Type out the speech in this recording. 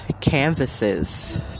canvases